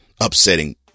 upsetting